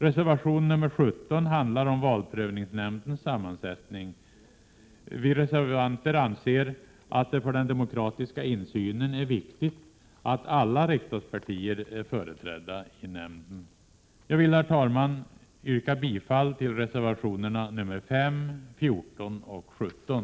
Reservation nr 17 handlar om valprövningsnämndens sammansättning. Reservanterna anser att det för den demokratiska insynen är viktigt att alla riksdagspartier är företrädda i nämnden. Herr talman! Jag vill yrka bifall till reservationerna nr 5, 14 och 17.